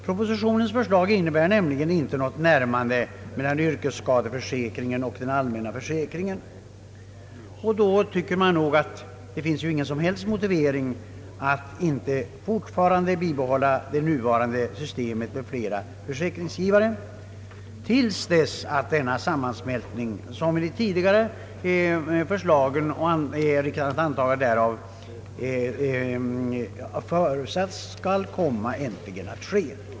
Propositionens förslag innebär nämligen inte något närmande mellan yrkesskadeförsäkringen och den allmänna försäkringen. Då tycker vi att det inte finns någon som helst motivering för att inte bibehålla det nuvarande systemet med flera försäkringsgivare till dess denna sammansmältning, som förutsatts i de tidigare förslagen, äntligen sker.